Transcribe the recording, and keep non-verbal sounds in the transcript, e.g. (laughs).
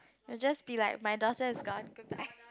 it'll just be like my daughter is gone goodbye (laughs)